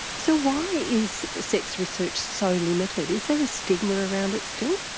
so why is sex research so limited? is there a stigma around it still?